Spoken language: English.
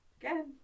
Again